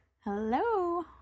Hello